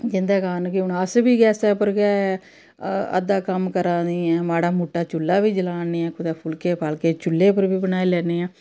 जिंदे कारण हून अस बी गैसे उप्पर गै अद्धा कम्म करा दे आं माड़ा मुट्टा चूह्ल्ला बी जला ने आं कुतै फुलके फलके चूह्ल्ले उप्पर बनाई लैन्ने आं